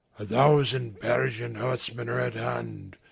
a thousand persian horsemen are at hand,